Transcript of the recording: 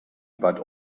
but